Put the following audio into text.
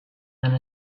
than